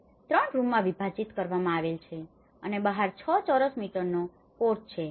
તે 3 રૂમમાં વિભાજીત કરવામાં આવેલ છે અને બહાર 6 ચોરસ મીટરનો પોર્ચ છે